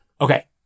Okay